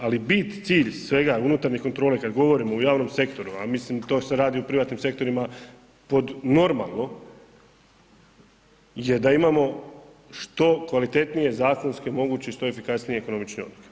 Ali bit, cilj svega unutarnje kontrole, kada govorimo o javnom sektoru a mislim to se radi u privatnim sektorima pod normalno je da imamo što kvalitetnije zakonske moguće i što efikasnije ekonomične odluke.